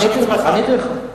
עניתי לך.